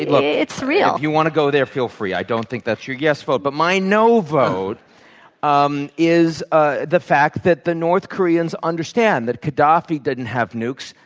look it's real. if you want to go there, feel free. i don't think that's your yes vote. but my no vote um is ah the fact that the north koreans understand that qaddafi didn't have nukes.